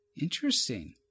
Interesting